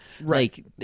Right